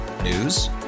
news